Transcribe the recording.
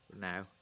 now